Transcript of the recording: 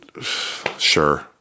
sure